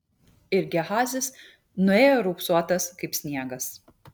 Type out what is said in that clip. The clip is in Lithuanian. ir gehazis nuėjo raupsuotas kaip sniegas